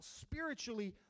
spiritually